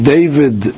David